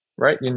Right